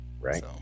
Right